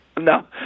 No